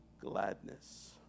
gladness